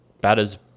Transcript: batters